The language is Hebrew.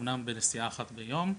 אמנם בנסיעה אחת ביום,